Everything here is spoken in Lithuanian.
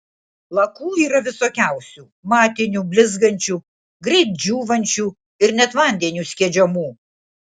lakų yra visokiausių matinių blizgančių greit džiūvančių ir net vandeniu skiedžiamų